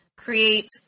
create